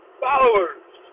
followers